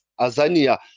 Azania